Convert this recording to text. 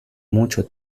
mucho